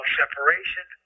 separation